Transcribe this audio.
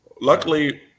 Luckily